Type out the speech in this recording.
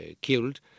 killed